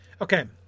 Okay